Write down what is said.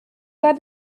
got